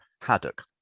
Haddock